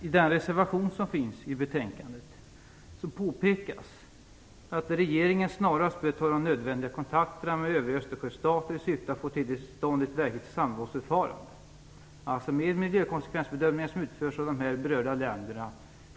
I den reservation som finns i betänkandet påpekas att regeringen snarast bör ta de nödvändiga kontakterna med övriga Östersjöstater i syfte att få till stånd ett verkligt samrådsförfarande med miljökonsekvensbedömningar som utförs självständigt av de berörda länderna.